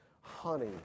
honey